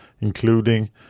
including